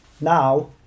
now